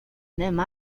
même